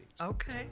Okay